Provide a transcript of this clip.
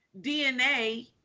DNA